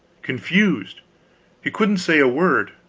confused he couldn't say a word.